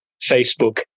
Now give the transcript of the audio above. Facebook